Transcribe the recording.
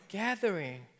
gathering